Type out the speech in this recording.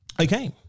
Okay